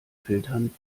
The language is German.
filtern